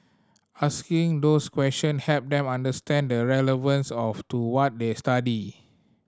asking those question helped them understand the relevance of to what they study